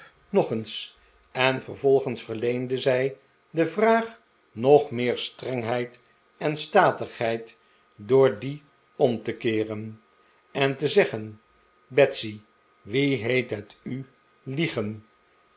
nog eens en vervolgens verleende zij de vraag nog meer strengheid en statigheid door die om te keeren juffrouw prig is aggressief en te zeggen betsy wie heet net u liegen